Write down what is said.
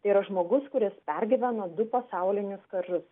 tai yra žmogus kuris pergyveno du pasaulinius karus